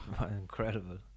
Incredible